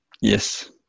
Yes